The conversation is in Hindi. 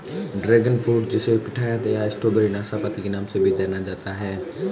ड्रैगन फ्रूट जिसे पिठाया या स्ट्रॉबेरी नाशपाती के नाम से भी जाना जाता है